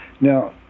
Now